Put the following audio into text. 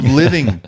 living